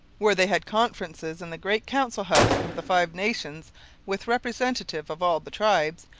where they had conferences in the great council-house of the five nations with representatives of all the tribes,